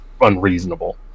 unreasonable